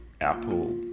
apple